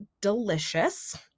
delicious